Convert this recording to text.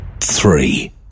Three